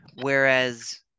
whereas